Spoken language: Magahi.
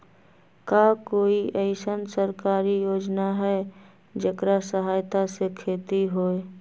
का कोई अईसन सरकारी योजना है जेकरा सहायता से खेती होय?